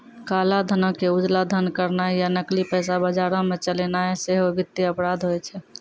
काला धनो के उजला धन करनाय या नकली पैसा बजारो मे चलैनाय सेहो वित्तीय अपराध होय छै